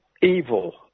evil